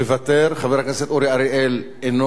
חבר הכנסת אורי אריאל אינו נמצא כאן,